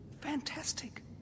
fantastic